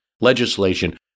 legislation